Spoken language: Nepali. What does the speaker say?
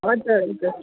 हुन्छ हुन्छ